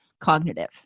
cognitive